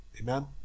Amen